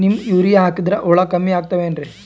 Neem urea ಹಾಕದ್ರ ಹುಳ ಕಮ್ಮಿ ಆಗತಾವೇನರಿ?